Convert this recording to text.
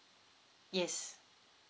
yes